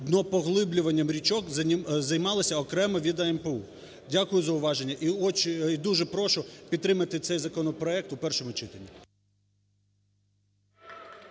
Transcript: днопоглиблюванням річок займалися окремо від АМПУ. Дякую за уваження. І дуже прошу підтримати цей законопроект в першому читанні.